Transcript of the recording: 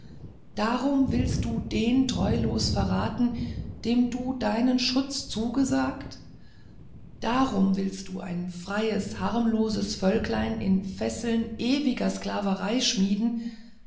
darum willst du den treulos verraten dem du deinen schutz zugesagt darum willst du ein freies harmloses völklein in fesseln ewiger sklaverei schmieden